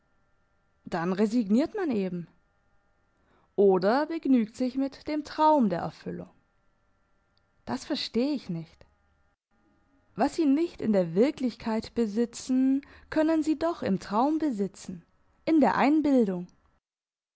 dann resigniert man eben oder begnügt sich mit dem traum der erfüllung das versteh ich nicht was sie nicht in der wirklichkeit besitzen können sie doch im traum besitzen in der einbildung